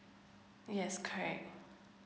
yes correct